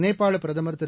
நேபாளப் பிரதமர் திரு